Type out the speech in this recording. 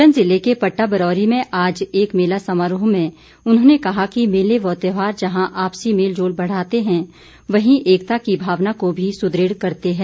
सोलन जिले के पद्दा बरौरी में आज एक मेला समारोह में उन्होंने कहा कि मेले व त्योहार जहां आपसी मेल जोल बढ़ाते हैं वहीं एकता की भावना को भी सुदृढ़ करते हैं